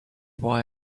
why